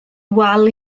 wal